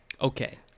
Okay